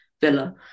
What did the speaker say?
Villa